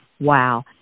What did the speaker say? Wow